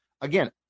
again